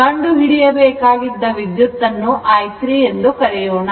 ಕಂಡು ಹಿಡಿಯಬೇಕಾದ ವಿದ್ಯುತ್ತನ್ನು i3 ಎಂದು ಕರೆಯೋಣ